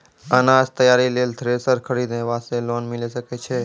अनाज तैयारी लेल थ्रेसर खरीदे वास्ते लोन मिले सकय छै?